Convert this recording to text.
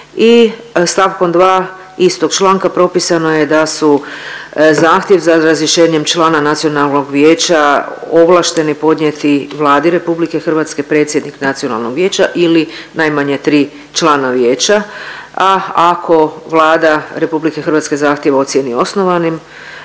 I st. 2 istog članka propisano je da su zahtjev za razrješenjem člana nacionalnog vijeća ovlašteni su podnijeti Vladi RH predsjednik nacionalnog vijeća ili najmanje 3 člana nacionalnog vijeća, a ako Vlada RH ocijeni osnovanim,